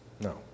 No